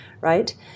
right